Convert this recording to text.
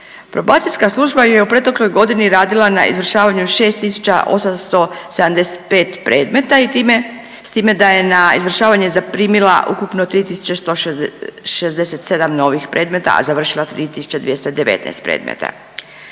Probacijaska služba je u protekloj godini radila na izvršavanju 6.875 predmeta i time, s time da je na izvršavanje zaprimila ukupno 3.167 novih predmeta, a završila 3.219 predmeta.